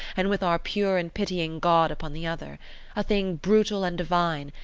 and with our pure and pitying god upon the other a thing brutal and divine,